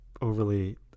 overly